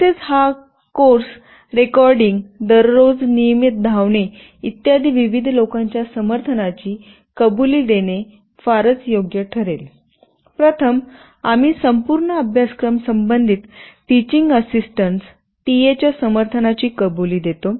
तसेच हा course recording दररोज नियमित धावणे इत्यादी विविध लोकांच्या समर्थनाची कबुली देणे फारच योग्य ठरेल प्रथम आम्ही संपूर्ण अभ्यासक्रम संबंधित टीचिंग असिस्टंट्स टीए च्या समर्थनाची कबुली देतो